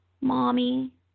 Mommy